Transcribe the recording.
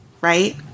right